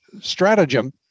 stratagem